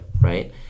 right